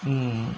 mmhmm